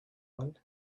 one